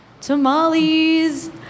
tamales